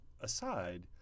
aside